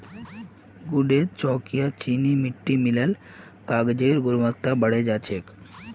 गूदेत चॉक या चीनी मिट्टी मिल ल कागजेर गुणवत्ता बढ़े जा छेक